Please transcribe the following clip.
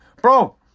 Bro